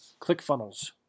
ClickFunnels